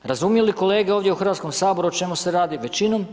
Razumiju li kolege ovdje u Hrvatskom saboru o čemu se radi većinom?